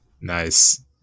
Nice